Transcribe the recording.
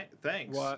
thanks